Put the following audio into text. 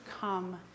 come